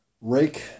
rake